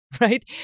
Right